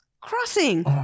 Crossing